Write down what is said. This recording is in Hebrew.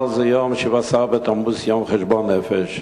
אבל זה יום שבעה-עשר בתמוז, יום חשבון נפש.